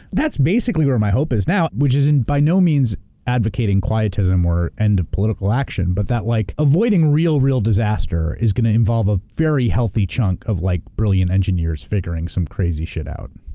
that's basically where my hope is now, which is and by no means advocating quietism or end of political action, but that like avoiding real, real disaster is gonna involve a very health chunk of like brilliant engineers figuring some crazy shit out.